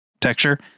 texture